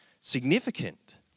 significant